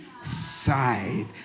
side